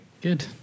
good